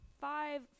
five